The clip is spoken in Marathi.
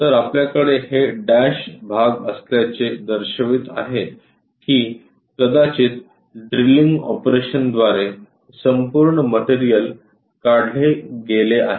तर आपल्याकडे हे डॅश भाग असल्याचे दर्शवित आहे की कदाचित ड्रिलिंग ऑपरेशनद्वारे हे संपूर्ण मटेरियल काढले गेले आहे